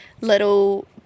little